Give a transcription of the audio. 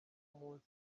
munsi